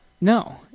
No